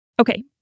Okay